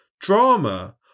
drama